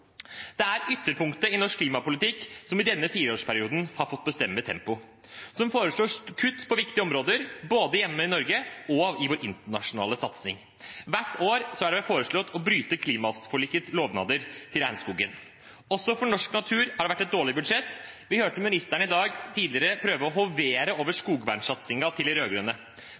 Det er ytterpunktet i norsk klimapolitikk som i denne fireårsperioden har fått bestemme tempoet, som foreslår kutt på viktige områder både hjemme i Norge og i vår internasjonale satsing. Hvert år har det vært foreslått å bryte klimaforlikets lovnader til regnskogen. Også for norsk natur har det vært et dårlig budsjett. Vi hørte ministeren tidligere i dag prøve å hovere over skogvernsatsingen til de